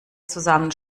zusammen